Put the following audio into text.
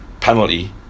penalty